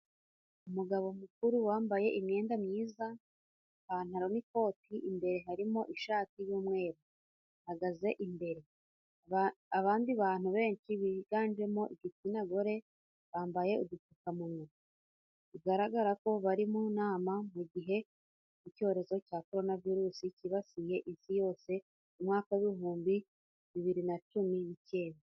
Umugabo mukuru wambaye imyenda myiza, ipantaro n'ikoti, imbere harimo ishati y'umweru, ahagaze imbere. Abandi bantu benshi biganjemo igitsina gore, bambaye udupfukamunwa, bigaragara ko bari mu nama mu gihe cy'icyorezo cya korona virusi cyibasiye isi yose mu mwaka w'ibihumbi bibiri na cumi n'icyenda.